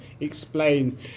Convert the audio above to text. explain